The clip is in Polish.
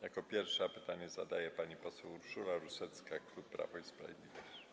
Jako pierwsza pytanie zadaje pani poseł Urszula Rusecka, klub Prawo i Sprawiedliwość.